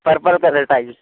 purple color tiles